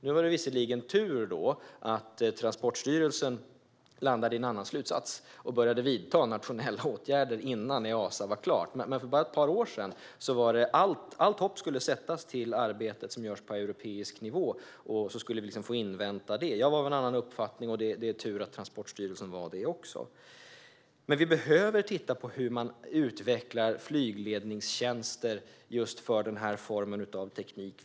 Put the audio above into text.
Det var visserligen tur att Transportstyrelsen landade i en annan slutsats och började vidta nationella åtgärder innan Easa var klart. Men för bara ett par år sedan skulle allt hopp sättas till arbetet som görs på europeisk nivå, och vi skulle invänta det. Jag var av en annan uppfattning, och det var tur att Transportstyrelsen också var det. Men vi behöver titta på hur man utvecklar flygledningstjänster för just den här formen av teknik.